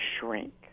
shrink